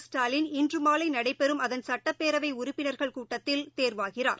ஸடாலின் இன்றுமாலைநடைபெறும் அதன் சட்டப்பேரவைஉறுப்பினர்கள் கூட்டத்தில் தேர்வாகிறார்